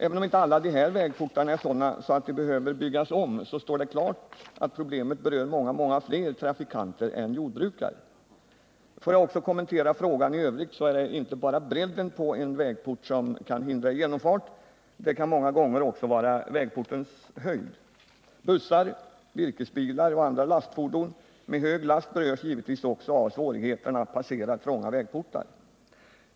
Även om inte alla dessa vägportar är sådana att de behöver byggas om står det ändå klart att problemet berör många fler trafikanter än jordbrukarna. Får jag också kommentera frågan i övrigt vill jag säga att det inte bara är bredden på en vägport som kan hindra genomfart — det kan många gånger också vara vägportens höjd. Bussar, virkesbilar och andra lastfordon med hög last berörs givetvis också av svårigheterna att passera trånga vägportar.